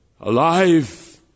alive